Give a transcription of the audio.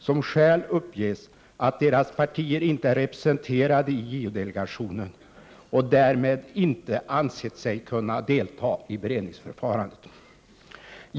Som skäl uppges att deras partier inte är representerade i JO-delegationen och därmed inte ansett sig kunna delta i beredningsförfarandet.